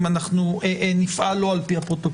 אם אנחנו נפעל לא על פי הפרוטוקול.